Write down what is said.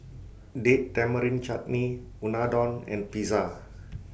Date Tamarind Chutney Unadon and Pizza